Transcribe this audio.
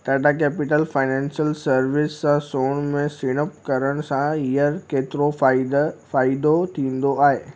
Tata capital financial services सां सोन में सीड़प करण सां हींअर केतिरो फ़ाइदो फ़ाइदो थींदो आहे